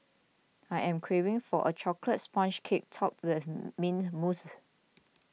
I am craving for a Chocolate Sponge Cake Topped with Mint Mousse